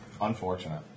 Unfortunate